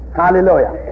hallelujah